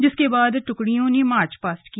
जिसके बाद टुकड़ियों ने मार्चपास्ट किया